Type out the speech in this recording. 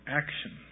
action